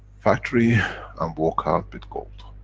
factory and walk out with gold.